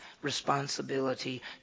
responsibility